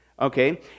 Okay